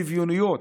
שוויוניות.